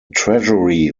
treasury